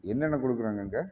என்னென்ன கொடுக்குறாங்க அங்கே